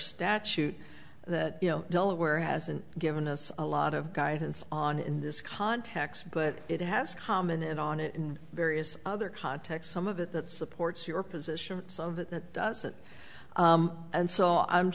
statute that you know delaware hasn't given us a lot of guidance on in this context but it has come in and on it in various other contexts some of it that supports your position some of that doesn't and so i'm